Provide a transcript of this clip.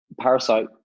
Parasite